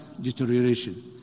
deterioration